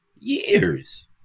Years